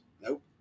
Nope